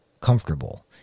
comfortable